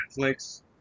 Netflix